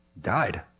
died